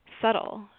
subtle